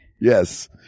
Yes